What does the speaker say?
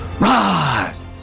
rise